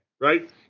right